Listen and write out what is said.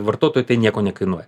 vartotojui tai nieko nekainuoja